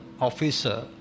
officer